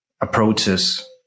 approaches